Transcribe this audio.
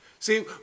See